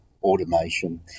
automation